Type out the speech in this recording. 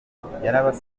ubumuga